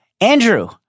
Andrew